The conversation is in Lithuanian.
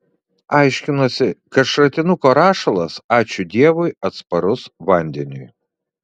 aiškinosi kad šratinuko rašalas ačiū dievui atsparus vandeniui